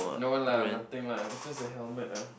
no lah nothing lah it's just a helmet lah